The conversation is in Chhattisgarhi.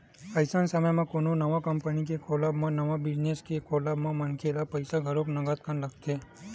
अइसन समे म कोनो नवा कंपनी के खोलब म नवा बिजनेस के खोलब म मनखे ल पइसा घलो नंगत कन लगथे